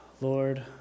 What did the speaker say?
Lord